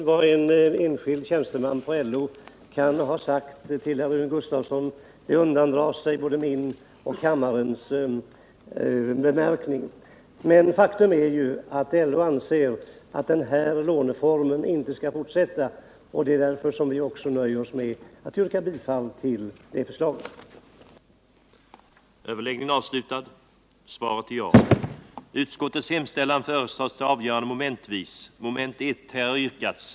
Herr talman! Vad en enskild tjänsteman på LO kan ha sagt till en av Rune Gustavssons medmotionärer undandrar sig både mitt och kammarens bedömande. Faktum är att LO anser att den här låneformen inte skall finnas kvar. Det är därför som vi nöjer oss med att yrka bifall till förslaget att inte förlänga verksamheten med garantilån för arbetsmiljöförbättringar.